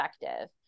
effective